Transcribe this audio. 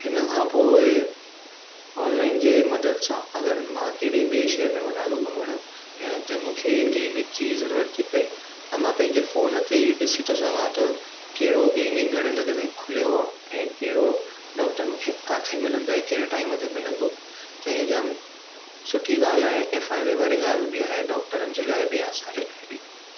हिनखां पोइ ऑनलाइन जे मदद सां अगरि मां कहिड़े ॿिए शहर में वञां थो घुमणु ऐं हुते मूंखे क्लीनिक जी ज़रूरत थी पए त मां पंहिंजे फ़ोन ते ई ॾिसी थो सघां त कहिड़ो क्लीनिक घणे लॻे ताईं खुलियो आहे ऐं कहिड़ो डॉक्टर मूंखे किथे मिलंदो ऐं कहिड़े टाइम ते मिलंदो त ही जाम सुठी ॻाल्हि आहे ऐं फ़ाइदे वारी ॻाल्हि बि आहे डॉक्टरनि जे लाइ बि ऐं असांजे लाइ बि